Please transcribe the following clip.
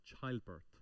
childbirth